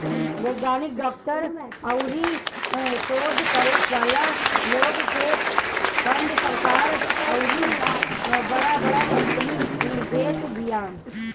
वैज्ञानिक, डॉक्टर अउरी शोध करे वाला लोग के फंड सरकार अउरी बड़ बड़ कंपनी देत बिया